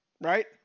right